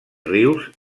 rius